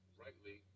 rightly